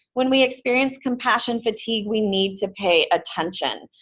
when we experience compassion fatigue we need to pay attention.